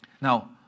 Now